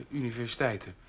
universiteiten